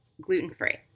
gluten-free